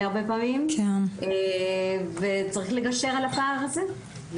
הרבה פעמים וצריך לגשר על הפער הזה.